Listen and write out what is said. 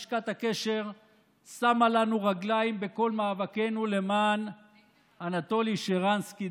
לשכת הקשר שמה לנו רגליים בכל מאבקנו דאז למען אנטולי שרנסקי,